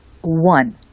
one